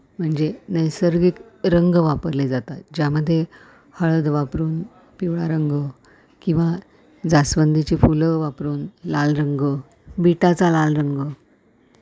म्हणजे नैसर्गिक रंग वापरले जातात ज्यामध्ये हळद वापरून पिवळा रंग किंवा जास्वंदीची फुलं वापरून लाल रंग बिटाचा लाल रंग